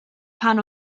pan